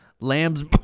Lamb's